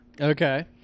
Okay